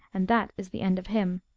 and that is the end of him.